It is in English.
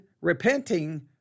repenting